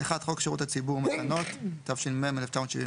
חוק שירות הציבור (מתנות), התש"ם-1979,